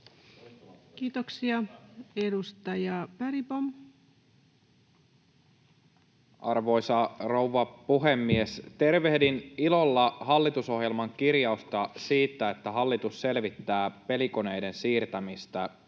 Kiitoksia. — Edustaja Bergbom. Arvoisa rouva puhemies! Tervehdin ilolla hallitusohjelman kirjausta siitä, että hallitus selvittää pelikoneiden siirtämistä